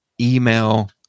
email